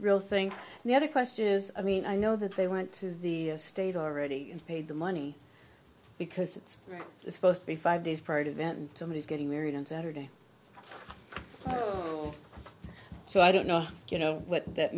real thing the other question is i mean i know that they went to the state already paid the money because it's supposed to be five days prior to that and somebody is getting married on saturday so i don't know you know what that